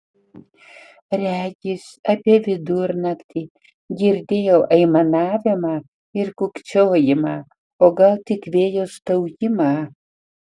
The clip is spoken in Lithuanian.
regis apie vidurnaktį girdėjau aimanavimą ir kūkčiojimą o gal tik vėjo staugimą